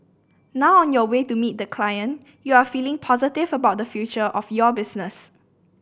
now on your way to meet the client you are feeling positive about the future of your business